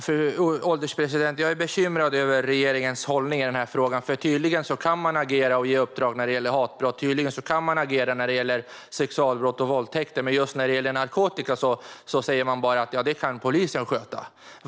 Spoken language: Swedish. Fru ålderspresident! Jag är bekymrad över regeringens hållning i denna fråga. Tydligen kan man agera och ge uppdrag när det gäller hatbrott. Tydligen kan man agera när det gäller sexualbrott och våldtäkter. Men just när det gäller narkotikabrott säger man bara att polisen kan sköta detta.